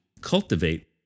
cultivate